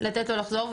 לתת לו לחזור.